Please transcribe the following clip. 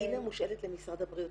אינה מושאלת למשרד הבריאות,